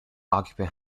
occupant